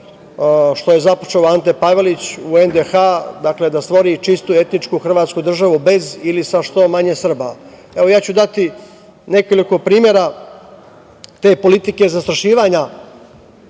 što je započeo Ante Pavelić u NDH, dakle, da stvori čistu etničku Hrvatsku državu bez ili sa što manje Srba. Daću nekoliko primera te politike zastrašivanja